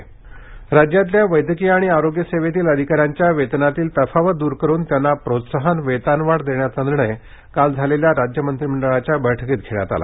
राज्य मंत्रीमंडळ राज्यातल्या वैद्यकीय आणि आरोग्य सेवेतील अधिकाऱ्यांच्या वेतनातील तफावत दूर करून त्यांना प्रोत्साहन वेतनवाढ देण्याचा निर्णय काल झालेल्या राज्य मंत्रिमंडळाच्या बैठकीत घेण्यात आला